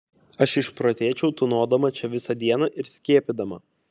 aš išprotėčiau tūnodama čia visą dieną ir skiepydama